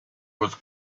was